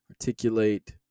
articulate